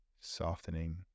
Softening